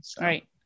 Right